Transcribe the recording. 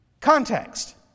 Context